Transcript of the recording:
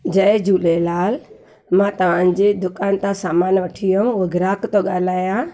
जय झूलेलाल मां तव्हां जी दुकान तां सामान वठी वियो हुअमि गिराकु थो ॻाल्हायां